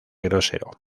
grosero